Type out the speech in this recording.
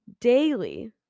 daily